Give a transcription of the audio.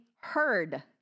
heard